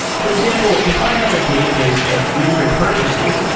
for example, if i have a database of user purchases,